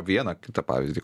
vieną kitą pavyzdį